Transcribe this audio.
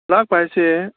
ꯂꯥꯛꯄ ꯍꯥꯏꯁꯦ